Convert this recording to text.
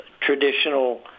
traditional